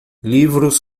livros